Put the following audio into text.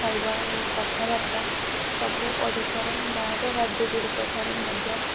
ଖାଇବା ଓ କଥାବାର୍ତ୍ତା ସବୁ ଓଡ଼ିଶାର ବାହାର ରାଜ୍ୟଗୁଡ଼ିକ ଠାରୁ ମଧ୍ୟ